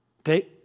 Okay